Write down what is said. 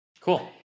Cool